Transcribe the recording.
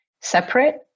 separate